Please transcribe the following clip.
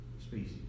species